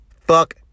fuck